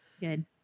Good